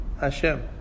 Hashem